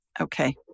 Okay